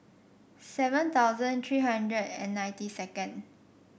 seven thousand three hundred and ninety second